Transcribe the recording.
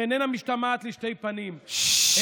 שאיננה משתמעת לשתי פנים,